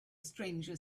stranger